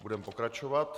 Budeme pokračovat.